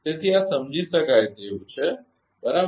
તેથી આ સમજી શકાય તેવું છે બરાબર